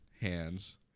hands